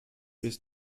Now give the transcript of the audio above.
bis